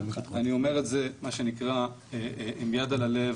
אני אומר את זה מה שנקרא עם יד הלב